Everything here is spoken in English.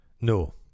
No